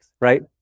right